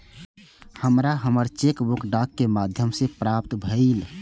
हमरा हमर cheque book डाक के माध्यम से प्राप्त भईल